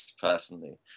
personally